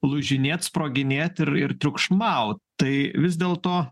lūžinėti sproginėt ir ir triukšmau tai vis dėl to